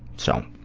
so.